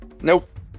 Nope